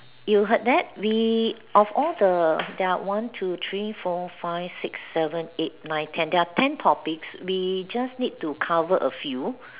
you heard that we of all the there are one two three four five six seven eight nine ten topics we just need to cover a few